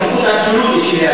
הסמכות האבסולוטית שלי,